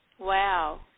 Wow